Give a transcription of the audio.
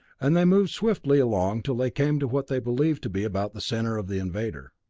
and they moved swiftly along till they came to what they believed to be about the center of the invader.